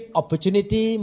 opportunity